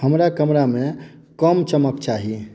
हमरा कमरामे कम चमक चाही